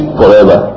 forever